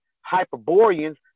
Hyperboreans